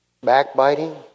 backbiting